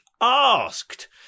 asked